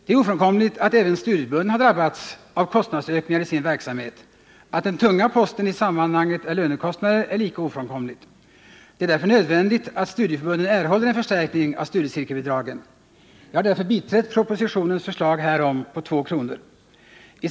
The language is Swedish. Det är ofrånkomligt att även studieförbunden har drabbats av kostnadsökningar i sin verksamhet. Att den tunga posten i sammanhanget är lönekostnader är lika ofrånkomligt. Det är därför nödvändigt att studieförbunden erhåller en förstärkning av studiecirkelbidragen. Jag har därför biträtt propositionens förslag om en höjning med 2 kr. per studietimme.